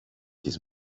his